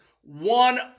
one